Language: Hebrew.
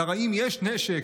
לרעים יש נשק,